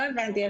לא הבנתי.